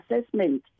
assessment